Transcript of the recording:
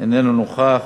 איננו נוכח.